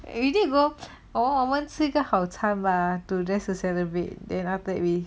if you didn't go oh 我们吃一个好餐 bah just to celebrate the after that we